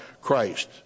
Christ